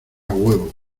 huevo